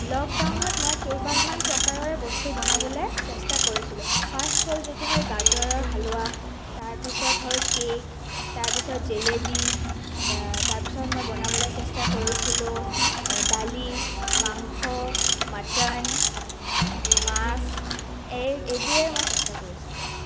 লকডাউনত মই কেইবিধমান প্ৰকাৰৰ বস্তু বনাবলে চেষ্টা কৰিছিলোঁ ফাষ্ট হ'ল যিটো হ'ল গাজৰৰ হালৱা তাৰ পিছত হ'ল কেক তাৰ পিছত জেলেবী তাৰ পিছত মই বনাবলৈ চেষ্টা কৰিছিলো দালি মাংস মাটন মাছ এই এইবোৰেই মই চেষ্টা কৰিছিলোঁ